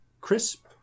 Crisp